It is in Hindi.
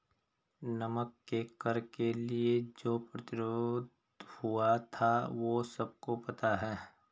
नमक के कर के लिए जो प्रतिरोध हुआ था वो सबको पता है